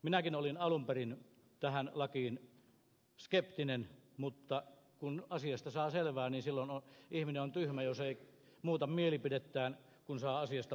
minäkin olin alun perin tähän lakiin nähden skeptinen mutta kun asiasta saa selvää niin silloin ihminen on tyhmä jos ei muuta mielipidettään kun saa asiasta parempaa tietoa